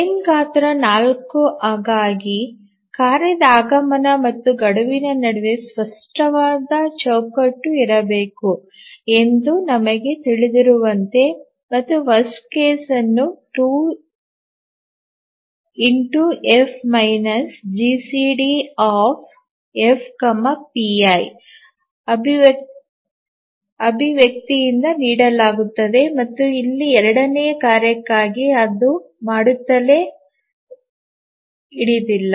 frame ಗಾತ್ರ 4 ಗಾಗಿ ಕಾರ್ಯದ ಆಗಮನ ಮತ್ತು ಗಡುವಿನ ನಡುವೆ ಸ್ಪಷ್ಟವಾದ ಚೌಕಟ್ಟು ಇರಬೇಕು ಎಂದು ನಮಗೆ ತಿಳಿದಿರುವಂತೆ ಮತ್ತು ಕೆಟ್ಟ ಪ್ರಕರಣವನ್ನು 2 F GCD F pi ಅಭಿವ್ಯಕ್ತಿಯಿಂದ ನೀಡಲಾಗುತ್ತದೆ ಮತ್ತು ಇಲ್ಲಿ ಎರಡನೇ ಕಾರ್ಯಕ್ಕಾಗಿ ಅದು ಮಾಡುತ್ತದೆ ಹಿಡಿದಿಲ್ಲ